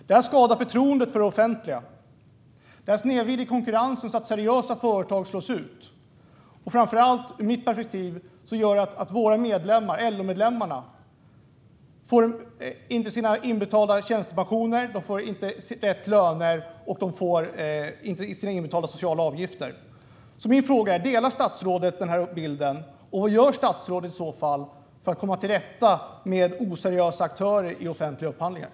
Detta skadar förtroendet för det offentliga. Det snedvrider konkurrensen så att seriösa företag slås ut. Ur mitt perspektiv gör det framför allt att våra medlemmar, LO-medlemmarna, inte får sina inbetalda tjänstepensioner, inte får rätt löner och inte får sina inbetalda sociala avgifter. Min fråga är: Delar statsrådet den här bilden, och vad gör i så fall statsrådet för att komma till rätta med oseriösa aktörer i offentliga upphandlingar?